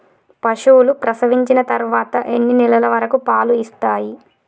పశువులు ప్రసవించిన తర్వాత ఎన్ని నెలల వరకు పాలు ఇస్తాయి?